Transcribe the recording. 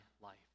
life